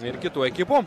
ir kitų ekipų